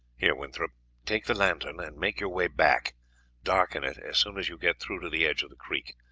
here, winthorpe, take the lantern and make your way back darken it as soon as you get through to the edge of the creek.